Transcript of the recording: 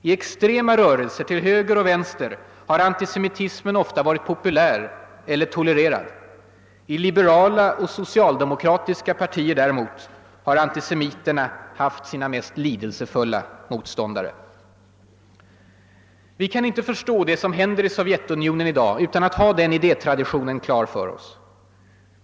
I extrema rörelser till höger och vänster har antisemitismen ofta varit populär eller tolererad. I liberala och socialdemokratiska partier däremot har antisemiterna haft sina mest lidelsefulla motståndare. Vi kan inte förstå det som händer i Sovjetunionen i dag utan att ha den idétraditionen klar för oss.